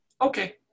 Okay